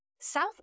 South